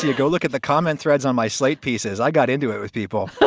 and go look at the comment threads on my slate pieces i got into it with people,